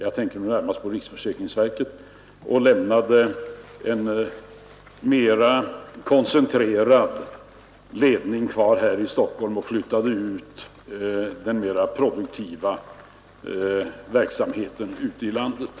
Jag tänker närmast på riksförsäkringsverket, där en koncentrerad ledning lämnades kvar i Stockholm och den mera produktiva verksamheten flyttades ut i landet.